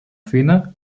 fina